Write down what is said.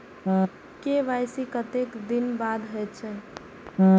KYC कतेक दिन बाद होई छै?